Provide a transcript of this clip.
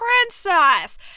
princess